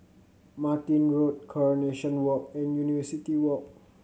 Martin Road Coronation Walk and University Walk